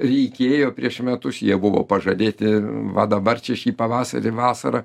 reikėjo prieš metus jie buvo pažadėti va dabar čia šį pavasarį vasarą